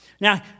Now